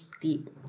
deep